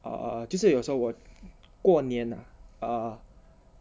uh 就是有时候我过年 lah uh